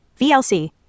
VLC